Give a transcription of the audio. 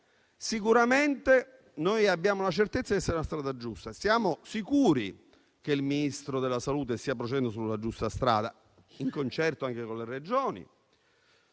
Sicuramente noi abbiamo la certezza di essere sulla strada giusta. Siamo sicuri che il Ministro della salute stia procedendo sulla giusta strada, in concerto anche con le Regioni,